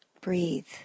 Breathe